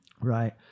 Right